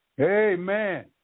Amen